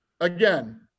Again